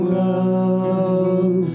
love